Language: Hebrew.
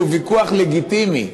שהוא ויכוח לגיטימי,